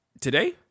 today